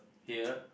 here